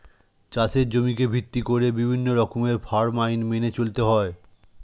চাষের জমিকে ভিত্তি করে বিভিন্ন রকমের ফার্ম আইন মেনে চলতে হয়